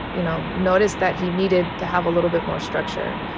you know, noticed that he needed to have a little bit more structure.